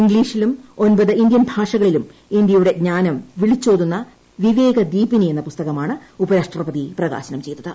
ഇംഗ്ലീഷിലും ഒമ്പത് ഇന്ത്യൻ ഭാഷകളിലും ഇന്ത്യയുടെ ജ്ഞാനം വിളിച്ചോതുന്ന വിവേക ദീപിനി എന്ന പുസ്തകമാണ് ഉപരാഷ്ട്രപതി പ്രകാശനം ചെയ്തത്